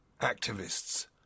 activists